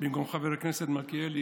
במקום חבר הכנסת מלכיאלי,